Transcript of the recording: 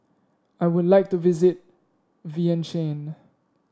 I would like to visit Vientiane